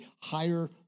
higher